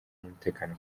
n’umutekano